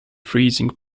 freezing